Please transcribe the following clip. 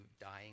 dying